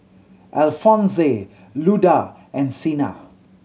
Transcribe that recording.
Alphonse Luda and Chynna